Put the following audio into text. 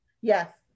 Yes